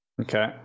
Okay